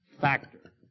factor